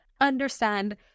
understand